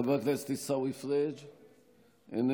חבר הכנסת עיסאווי פריג' איננו,